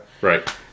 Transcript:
Right